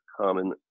common